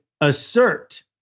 assert